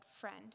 Friend